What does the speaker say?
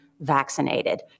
vaccinated